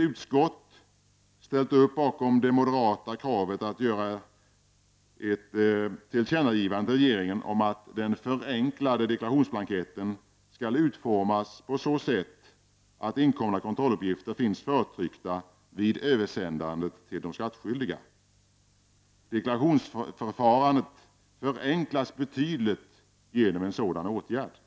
utskott har ställt upp bakom det moderata kravet att riksdagen bör göra ett tillkännagivande till regeringen om att den förenklade deklarationsblanketten skall utformas på så sätt att inkomna kontrolluppgifter finns förtryckta vid översändandet till de skattskyldiga. Deklarationsförfarandet förenklas betydligt genom en sådan åtgärd.